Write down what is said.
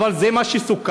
אבל זה מה שסוכם.